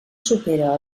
supera